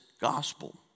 gospel